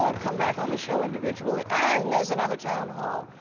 ah come back on the show individually and there is another town hall.